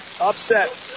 Upset